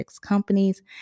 companies